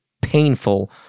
painful